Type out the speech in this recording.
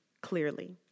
clearly